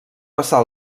passar